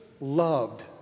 loved